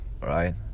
right